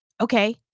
okay